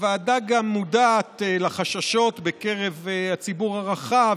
הוועדה גם מודעת לחששות בקרב הציבור הרחב,